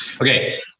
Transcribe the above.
Okay